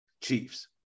Chiefs